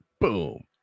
Boom